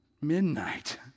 midnight